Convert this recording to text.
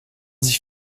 sich